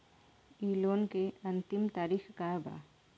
इ लोन के अन्तिम तारीख का बा?